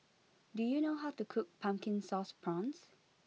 do you know how to cook Pumpkin Sauce Prawns